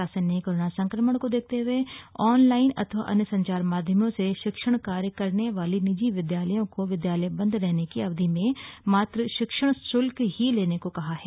शासन ने कोरोना संक्रमण को देखते हुए आन लाईन अथवा अन्य संचार माध्यमों से शिक्षण कार्य करने वाले निजी विद्यालयों को विद्यालय बन्द रहने की अवधि में मात्र शिक्षण शुल्क ही लेने को कहा है